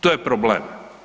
To je problem.